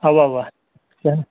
اَوا اَوا کیٛاہ